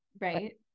Right